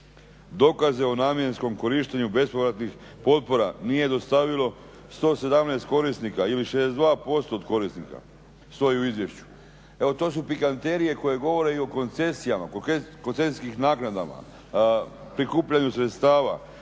dokaze o namjenskom korištenju bespovratnih potpora nije dostavilo 117 korisnika ili 62% od korisnika stoji u izvješću. Evo to su pikanterije koje govore i o koncesijama, koncesijskih naknadama, prikupljanju sredstava,